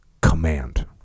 command